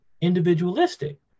individualistic